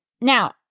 Now